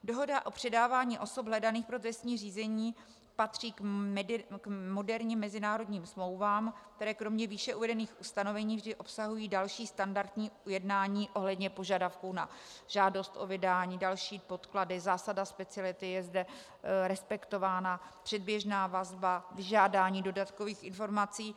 Dohoda o předávání osob hledaných pro trestní řízení patří k moderním mezinárodním smlouvám, které kromě výše uvedených ustanovení vždy obsahují další standardní ujednání ohledně požadavků na žádost o vydání, další podklady, zásada speciality, je zde respektována předběžná vazba, vyžádání dodatkových informací.